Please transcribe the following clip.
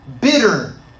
bitter